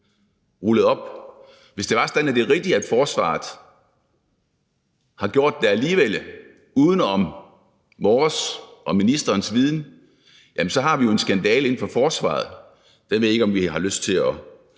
lagt frem. Hvis det er sådan, at det er rigtigt, at forsvaret har gjort det alligevel, uden om vores og ministerens viden, har vi jo en skandale inden for forsvaret, og den ved jeg ikke om nogen sådan har lyst til at